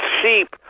sheep